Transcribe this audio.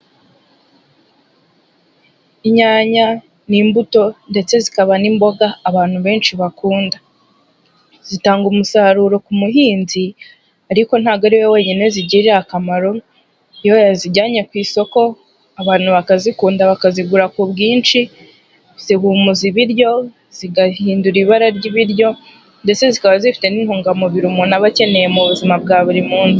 Inyanya ni imbuto ndetse zikaba n'imboga abantu benshi bakunda, zitanga umusaruro ku muhinzi ariko ntabwo ari we wenyine zigirira akamaro iyo yazijyanye ku isoko abantu bakazikunda bakazigura ku bwinshi zihumuza ibiryo zigahindura ibara ry'ibiryo ndetse zikaba zifite n'intungamubiri umuntu aba akeneye mu buzima bwa buri munsi.